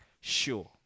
sure